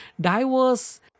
diverse